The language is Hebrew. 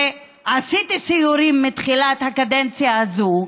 ועשיתי סיורים מתחילת הקדנציה הזו,